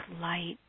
light